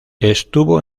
estuvo